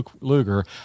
Luger